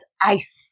ice